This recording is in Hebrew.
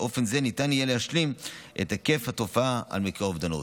באופן זה ניתן יהיה להשלים את היקף התופעה על מקרי אובדנות.